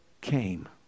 came